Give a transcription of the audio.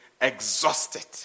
exhausted